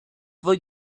for